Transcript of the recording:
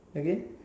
again